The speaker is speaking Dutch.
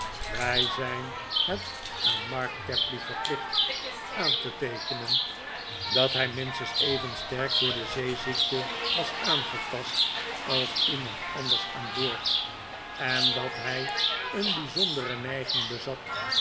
wij zijn het aan mark tapley verplicht aan te teekenen dat hij minstens even sterk door de zeeziekte was aangetast als iemand anders aan boord en dat hij een bijzondere neiging bezat